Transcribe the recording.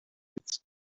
its